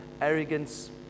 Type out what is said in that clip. arrogance